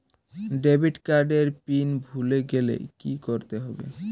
Debit card এর PIN ভুলে গেলে কি করতে হবে?